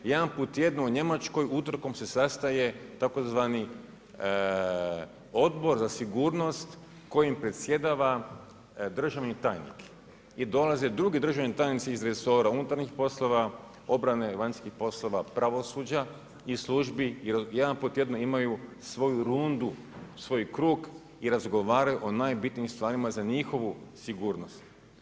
Jedanput tjedno u Njemačkoj utorkom se sastaje tzv. odbor za sigurnost kojim predsjedava državni tajnik i dolaze drugi državni tajnici iz resora unutarnjih poslova, obrane, vanjskih poslova, pravosuđa i službi jer jedan put tjedno imaju svoju rundu, svoj krug i razgovaraju o najbitnijim stvarima za njihovu sigurnost.